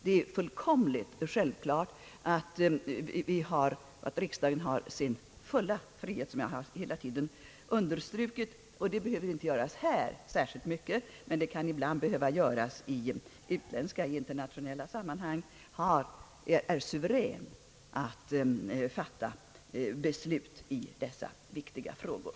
Det står fullkomligt självklart att riksdagen har sin fulla handlingsfrihet att fatta beslut. Jag har också så ofta un derstrukit — det behöver inte göras här i kammaren men det kan behöva göras i utländska sammanhang — att riksdagen är suverän när den skall fatta beslut i dessa viktiga frågor.